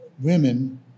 women